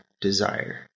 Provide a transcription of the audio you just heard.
desire